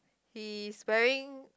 he is wearing